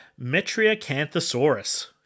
Metriacanthosaurus